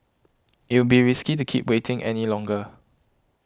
it will be risky to keep waiting any longer